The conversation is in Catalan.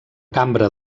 cambra